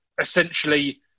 essentially